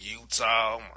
Utah